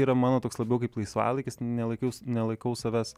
yra mano toks labiau kaip laisvalaikis nelakiau nelaikau savęs